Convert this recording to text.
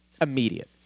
Immediate